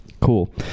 Cool